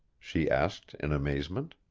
she asked in amazement.